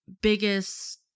biggest